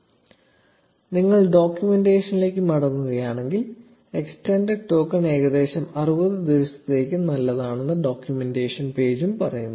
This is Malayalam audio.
0740 നിങ്ങൾ ഡോക്യുമെന്റേഷനിലേക്ക് മടങ്ങുകയാണെങ്കിൽ എക്സ്സ്റ്റെൻഡഡ് ടോക്കൺ ഏകദേശം 60 ദിവസത്തേക്ക് നല്ലതാണെന്ന് ഡോക്യുമെന്റേഷൻ പേജും പറയുന്നു